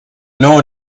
know